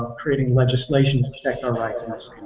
creating legislation to protect our rights